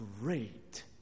great